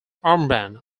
armband